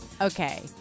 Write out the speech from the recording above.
Okay